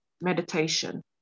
meditation